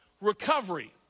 Recovery